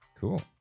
Cool